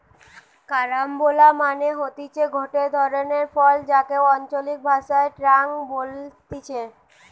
carambola মানে হতিছে গটে ধরণের ফল যাকে আঞ্চলিক ভাষায় ক্রাঞ্চ বলতিছে